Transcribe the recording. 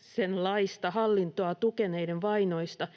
toisenlaista hallintoa tukeneiden vainoista,